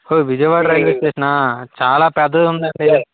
ఓ Vijayawada railway station ఆ చాలా పెద్దదుందండి